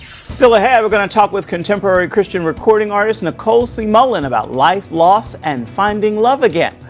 still ahead, we're going to talk with contemporary christian recording artist nicole c. mullen about life, loss, and finding love again.